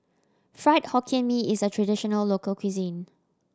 Fried Hokkien Mee is a traditional local cuisine